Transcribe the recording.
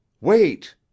Wait